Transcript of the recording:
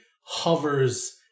hovers